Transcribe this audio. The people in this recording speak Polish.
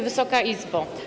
Wysoka Izbo!